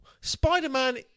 Spider-Man